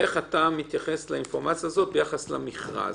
איך היא מתייחסת לאינפורמציה הזאת ביחס למכרז.